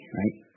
right